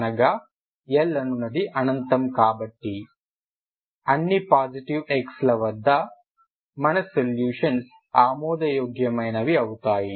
అనగా L అనునది అనంతం కాబట్టి అన్ని పాజిటివ్ x ల వద్ద మన సొల్యూషన్స్ ఆమోదయోగ్యమైనవి అవుతాయి